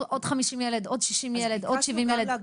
וכבר אמרנו על זה ששפ"י זה לא הפתרון,